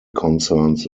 concerns